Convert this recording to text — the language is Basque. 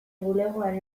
bulegoan